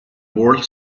world